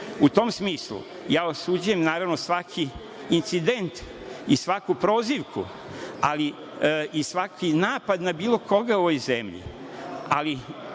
tom smislu, ja vas osuđujem naravno svaki incident i svaku prozivku, i svaki napad na bilo koga u ovoj zemlji, ali